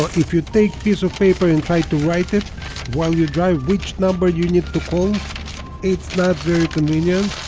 if you take piece of paper and try to write it while you drive which number you need to call it's not very convenient